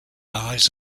eyes